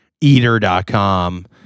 eater.com